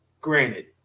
Granted